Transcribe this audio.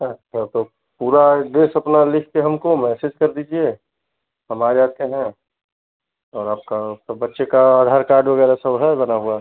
हाँ हाँ तो पूरा एड्रेस अपना लिखकर हम को मैसेज कर दीजिए हम आ जाते हैं और आपका सब बच्चे का आधार कार्ड वग़ैरह सब है बना हुआ